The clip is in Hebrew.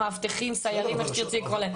מאבטחים וסיירים או איך שתרצי לקרוא להם,